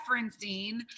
referencing